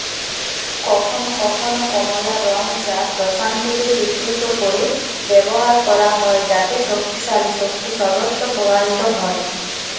কখনোও কখনোও কমলা রঙ যা প্রশান্তিকে চিত্রিত করে ব্যবহার করা হয় যাতে শক্তিশালী শক্তি সর্বত্র প্রবাহিত হয়